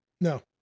No